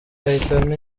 ahitamo